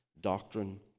doctrine